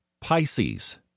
Pisces